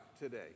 today